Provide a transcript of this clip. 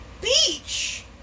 beach